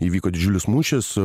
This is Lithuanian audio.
įvyko didžiulis mūšis